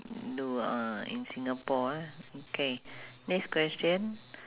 no ah in singapore ah okay next question